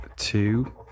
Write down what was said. Two